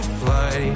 fly